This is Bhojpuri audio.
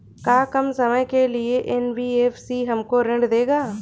का कम समय के लिए एन.बी.एफ.सी हमको ऋण देगा?